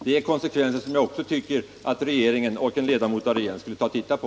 Detta är konsekvenser som jag tycker att en ledamot av regeringen också borde ta sig en titt på.